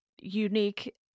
unique